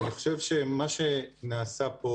אני חושב שמה שנעשה פה